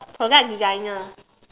product designer